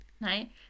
right